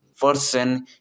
person